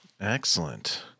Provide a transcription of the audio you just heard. Excellent